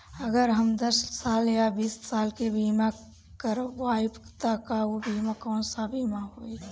अगर हम दस साल या बिस साल के बिमा करबइम त ऊ बिमा कौन सा बिमा होई?